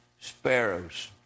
sparrows